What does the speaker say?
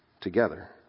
together